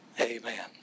Amen